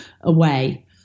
away